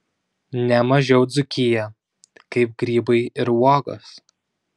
ne mažiau dzūkiją kaip grybai ir uogos